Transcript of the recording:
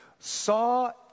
saw